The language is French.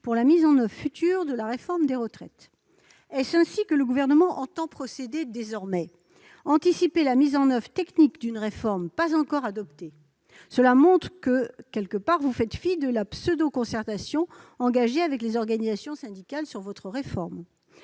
pour la mise en oeuvre future de la réforme des retraites. » Est-ce ainsi que le Gouvernement entend procéder désormais, c'est-à-dire en anticipant la mise en oeuvre technique d'une réforme qui n'a pas encore été adoptée ? Cela montre que vous faites fi de la pseudo-concertation engagée avec les organisations syndicales sur votre réforme.